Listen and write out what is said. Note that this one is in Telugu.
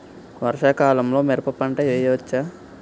వర్షాకాలంలో మిరప పంట వేయవచ్చా?